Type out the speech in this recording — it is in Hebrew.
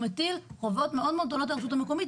מטיל חובות מאוד-מאוד גדולות על הרשות המקומית,